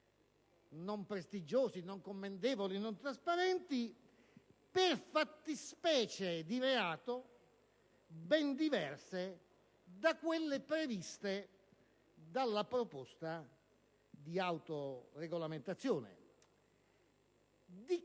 non prestigiosi, non commendevoli, non trasparenti, per fattispecie di reato ben diverse da quelle previste dalla proposta di autoregolamentazione. Di